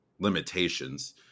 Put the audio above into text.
limitations